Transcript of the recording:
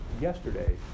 yesterday